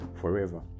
forever